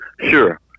Sure